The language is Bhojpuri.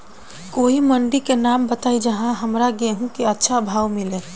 कोई मंडी के नाम बताई जहां हमरा गेहूं के अच्छा भाव मिले?